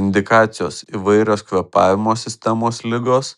indikacijos įvairios kvėpavimo sistemos ligos